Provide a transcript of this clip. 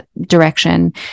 direction